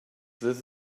this